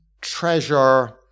treasure